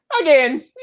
Again